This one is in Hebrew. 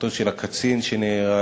למשפחתו של הקצין שנהרג